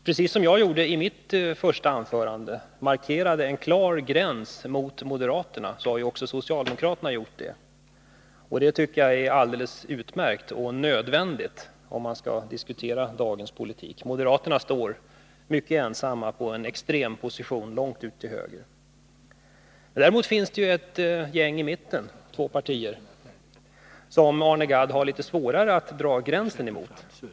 Precis som jag i mitt första anförande markerade en klar gräns mot moderaterna, så har också socialdemokraterna gjort det. Det tycker jag är alldeles utmärkt och nödvändigt om man skall diskutera dagens politik. Moderaterna står mycket ensamma på en extrem position långt ut till höger. Däremot finns det ju ett gäng i mitten, två partier, som Arne Gadd har litet svårare att dra gränsen mot.